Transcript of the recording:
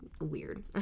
weird